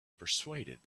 persuaded